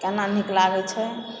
केना नीक लागय छै